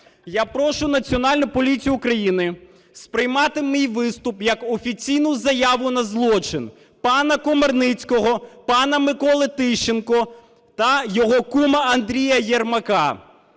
Я прошу Національну поліцію України сприймати мій виступ як офіційну заяву на злочин пана Комарницького, пана Миколи Тищенка та його кума Андрія Єрмака.